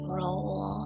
roll